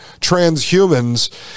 transhumans